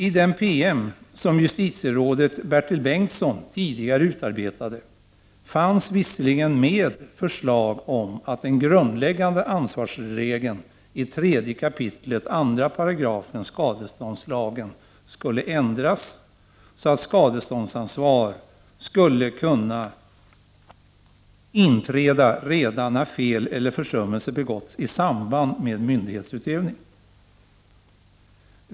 I den PM som justitierådet Bertil Bengtsson tidigare utarbetat fanns visserligen med förslag om att den grundläggande ansvarsregeln i 3 kap. 2§ skadeståndslagen skulle ändras, så att skadeståndsansvar skulle kunna inträda redan när fel eller försummelse begåtts i samband med myndighetsutövning.